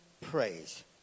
praise